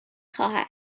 خواهد